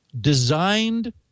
designed